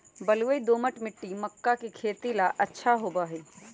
बलुई, दोमट मिट्टी मक्का के खेती ला अच्छा होबा हई